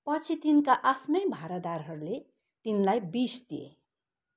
पछि तिनका आफ्नै भारदारहरूले तिनलाई विष दिए